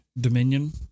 Dominion